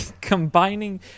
combining